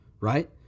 right